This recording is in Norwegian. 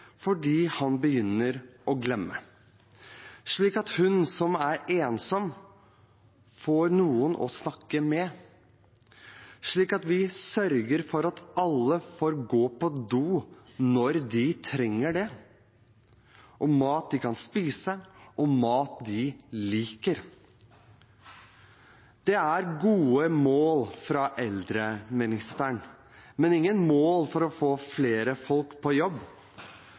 fordi han begynner å glemme, slik at hun som er ensom, får noen å snakke med, slik at vi sørger for at alle får gå på do når de trenger det, og får mat de kan spise, mat de liker. Det er gode mål fra eldreministeren, men ingen mål for å få flere folk på jobb.